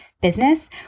business